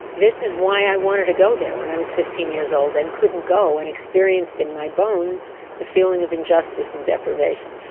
this is why i wanted to go there when i was fifteen years old, and couldn't go, and experienced in my bones the feeling of injustice and deprivation.